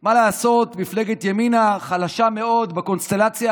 שמה לעשות, מפלגת ימינה חלשה מאוד בקונסטלציה